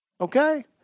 Okay